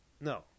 No